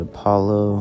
Apollo